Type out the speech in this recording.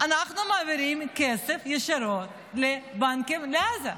אנחנו מעבירים כסף ישירות לבנקים בעזה.